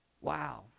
wow